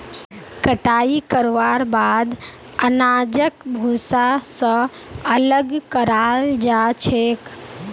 कटाई करवार बाद अनाजक भूसा स अलग कराल जा छेक